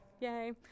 yay